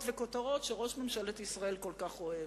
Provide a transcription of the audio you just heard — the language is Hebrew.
וכותרות שראש ממשלת ישראל כל כך אוהב.